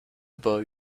boy